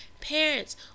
Parents